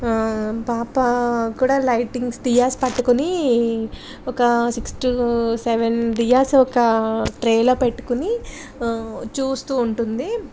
పాప కూడా లైటింగ్స్ దియాస్ పట్టుకొని ఒక సిక్స్ టు సెవెన్ దియాస్ ఒక ట్రైలో పెట్టుకుని చూస్తు ఉంటుంది